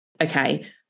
okay